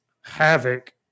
havoc